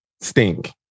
stink